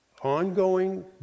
Ongoing